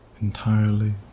entirely